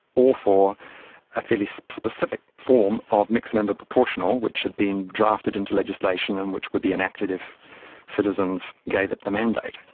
or for a fairly specific form of mixed member proportional which had been drafted into legislation and which would be enacted if citizens gave it the mandate.